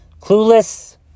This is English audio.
Clueless